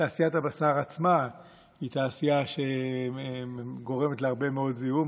תעשיית הבשר עצמה היא תעשייה שגורמת להרבה מאוד זיהום,